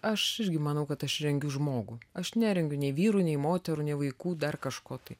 aš irgi manau kad aš rengiu žmogų aš nerengiu nei vyrų nei moterų nei vaikų dar kažko tai